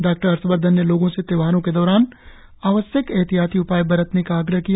doctor Harshvardhan ने लोगों से त्योहारों के दौरान आवश्यक ऐहतियाती उपाय बरतने का आग्रह किया